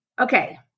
Okay